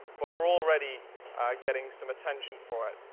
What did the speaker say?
but we're already getting some attention for it,